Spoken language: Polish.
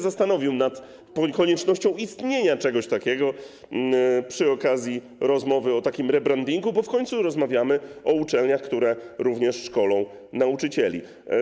Zastanowiłbym się nad koniecznością istnienia czegoś takiego przy okazji rozmowy o takim rebrandingu, bo w końcu rozmawiamy o uczelniach, które również szkolą nauczycieli.